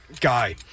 Guy